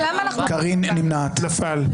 נפל.